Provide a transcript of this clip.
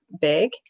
big